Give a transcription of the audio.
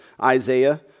Isaiah